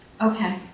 Okay